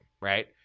right